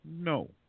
no